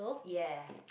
ya